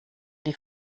die